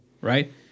Right